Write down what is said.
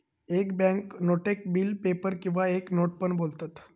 एक बॅन्क नोटेक bill paper किंवा एक नोट पण बोलतत